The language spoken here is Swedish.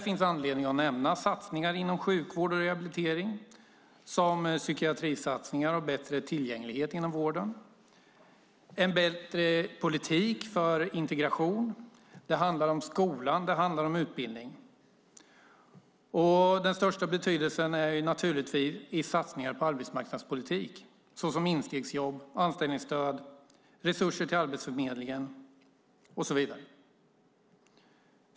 Man kan nämna satsningar inom sjukvård och rehabilitering, som psykiatrisatsningar och bättre tillgänglighet inom vården och en bättre politik för integration. Det handlar om skola och utbildning. Den största betydelsen har naturligtvis satsningarna på arbetsmarknadspolitik såsom instegsjobb, anställningsstöd, resurser till arbetsförmedlingen och så vidare.